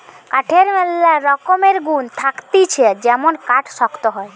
কাঠের ম্যালা রকমের গুন্ থাকতিছে যেমন কাঠ শক্ত হয়